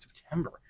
September